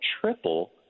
triple